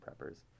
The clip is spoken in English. preppers